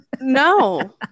No